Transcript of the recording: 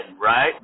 right